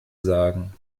sagen